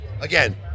again